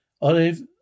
Olive